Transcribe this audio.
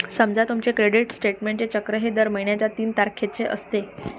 समजा तुमचे क्रेडिट स्टेटमेंटचे चक्र हे दर महिन्याच्या तीन तारखेचे असते